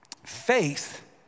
Faith